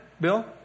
Bill